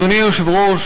אדוני היושב-ראש,